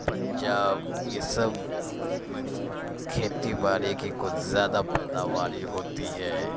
پنجاب یہ سب میں کھیتی باڑی کی کچھ زیادہ پیداواری ہوتی ہے